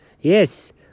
Yes